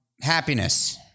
Happiness